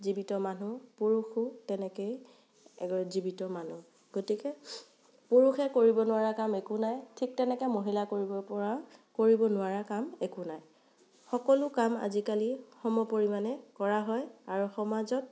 জীৱিত মানুহ পুৰুষো তেনেকেই এগ জীৱিত মানুহ গতিকে পুৰুষে কৰিব নোৱাৰা কাম একো নাই ঠিক তেনেকৈ মহিলা কৰিব পৰা কৰিব নোৱাৰা কাম একো নাই সকলো কাম আজিকালি সমপৰিমাণে কৰা হয় আৰু সমাজত